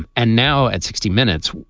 and and now at sixty minutes,